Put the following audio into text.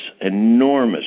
enormous